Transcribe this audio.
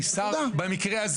תודה.